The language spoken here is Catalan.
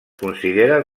considera